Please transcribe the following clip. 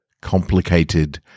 complicated